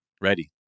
Ready